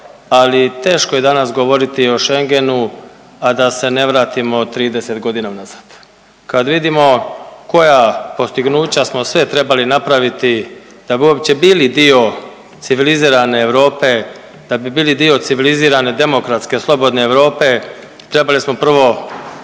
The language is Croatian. ali teško je danas govoriti o Schengenu a da se ne vratimo 30.g. unazad. Kad vidimo koja postignuća smo sve trebali napraviti da bi uopće bili dio civilizirane Europe, da bi bili dio civilizirane demokratske slobodne Europe, trebali smo prvo